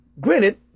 Granted